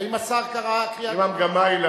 האם השר קרא קריאת ביניים?